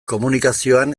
komunikazioan